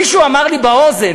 מישהו אמר לי באוזן,